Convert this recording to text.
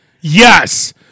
Yes